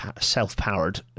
self-powered